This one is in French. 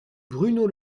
bruno